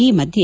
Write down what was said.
ಈ ಮಧ್ಯೆ